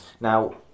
Now